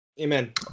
Amen